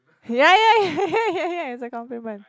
yeah yeah yeah yeah it's a compliment